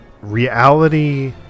Reality